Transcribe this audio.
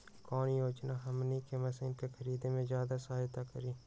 कौन योजना हमनी के मशीन के खरीद में ज्यादा सहायता करी?